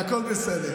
אבל הכול בסדר.